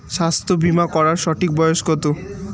স্বাস্থ্য বীমা করার সঠিক বয়স কত?